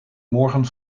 morgen